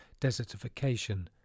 desertification